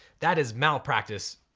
that is malpractice,